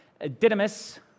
Didymus